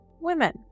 women